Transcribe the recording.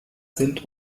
sind